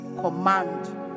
command